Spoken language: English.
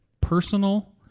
personal